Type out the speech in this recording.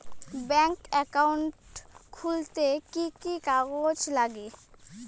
Bank account খুলতে কি কি কাগজ লাগে?